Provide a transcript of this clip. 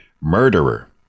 murderer